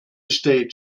steht